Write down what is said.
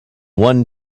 one